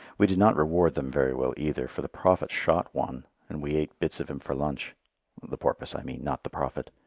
we did not reward them very well either, for the prophet shot one, and we ate bits of him for lunch the porpoise, i mean, not the prophet.